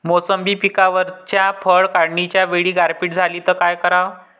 मोसंबी पिकावरच्या फळं काढनीच्या वेळी गारपीट झाली त काय कराव?